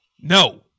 No